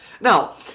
Now